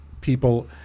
people